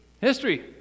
History